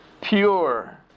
pure